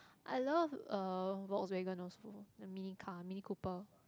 I love I love uh Volkswagen also the mini car mini cooper